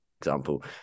example